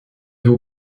vous